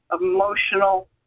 emotional